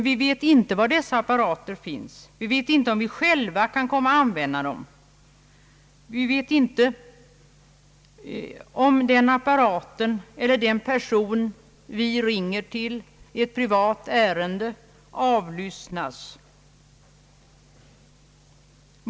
Vi vet inte var dessa apparater finns, vi vet inte om den apparat eller den person vi ringer till i ett privat ärende avlyssnas.